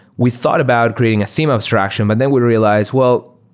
we thought about creating a theme abstraction, but then we realized, well,